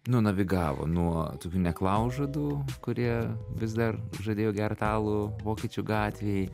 nunavigavo nuo tokių neklaužadų kurie vis dar žadėjo gert alų vokiečių gatvėj